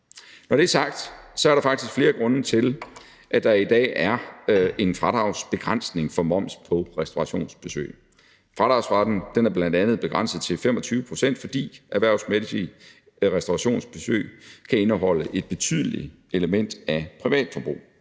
Når det er sagt, er der faktisk flere grunde til, at der i dag er en fradragsbegrænsning for moms på restaurationsbesøg. Fradragsretten er bl.a. begrænset til 25 pct., fordi erhvervsmæssige restaurationsbesøg kan indeholde et betydeligt element af privatforbrug.